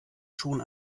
schon